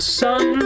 sun